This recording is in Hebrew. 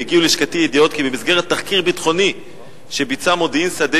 הגיעו ללשכתי ידיעות כי במסגרת תחקיר ביטחוני שביצע מודיעין שדה